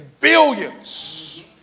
billions